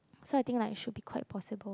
so I think like should be quite possible